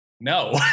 no